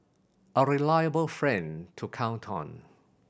a reliable friend to count on